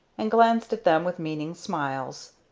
and glanced at them with meaning smiles.